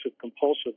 compulsive